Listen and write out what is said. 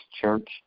Church